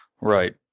Right